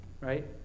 Right